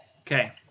Okay